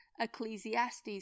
Ecclesiastes